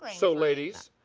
so ladies,